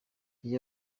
ibyo